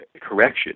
correction